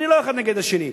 אני לא אחד נגד השני,